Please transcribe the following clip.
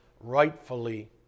rightfully